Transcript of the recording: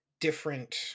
different